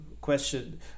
question